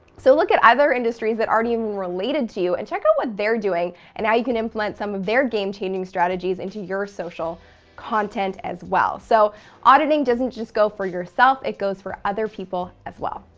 so look at other industries that aren't even related to you and check out what they're doing and how you can implement some of their game changing strategies into your social content as well. so auditing doesn't just go for yourself, it goes for other people as well.